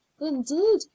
indeed